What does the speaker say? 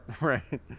right